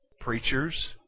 Preachers